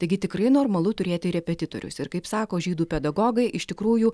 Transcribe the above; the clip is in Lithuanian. taigi tikrai normalu turėti repetitorius ir kaip sako žydų pedagogai iš tikrųjų